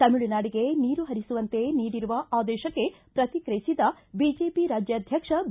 ತಮಿಳುನಾಡಿಗೆ ನೀರು ಹರಿಸುವಂತೆ ನೀಡಿರುವ ಆದೇಶಕ್ಕೆ ಪ್ರತಿಕ್ರಿಯಿಸಿದ ಬಿಜೆಪಿ ರಾಜ್ಯಾಧ್ವಕ್ಷ ಬಿ